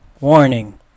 Warning